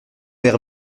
l’air